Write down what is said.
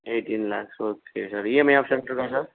eighteen lakhs okay sir EMI ஆப்ஷன்ருக்கா sir